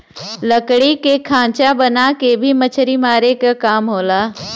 लकड़ी के खांचा बना के भी मछरी मारे क काम होला